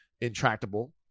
intractable